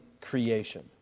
creation